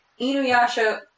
Inuyasha